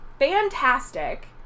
Fantastic